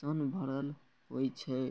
सं भरल होइ छै